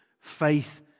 faith